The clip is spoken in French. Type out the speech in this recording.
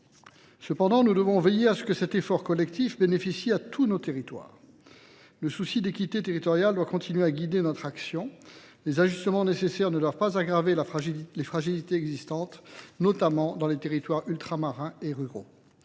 Cependant, nous devons veiller à ce que cet effort collectif bénéficie à tous nos territoires. Le souci d'équité territoriale doit continuer à guider notre action. Les ajustements nécessaires ne doivent pas aggraver les fragilités existantes, notamment dans les territoires ultramarins et ruraux,